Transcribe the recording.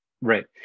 Right